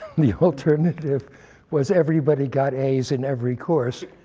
the alternative was everybody got as in every course,